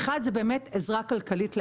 האחת, זו עזרה כלכלית לעיריות.